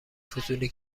فضولی